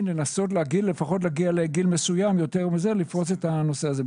כדי לנסות להגיע לפחות לגיל מסוים יותר גבוה ולפרוץ את הנושא הזה.